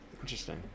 interesting